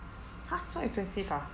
!huh! so expensive ah